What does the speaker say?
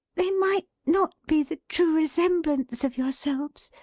they might not be the true resemblance of yourselves.